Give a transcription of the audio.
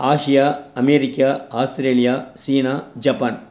Asia America Australia China Japan